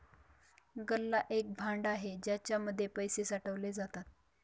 गल्ला एक भांड आहे ज्याच्या मध्ये पैसे साठवले जातात